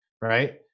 right